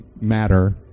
matter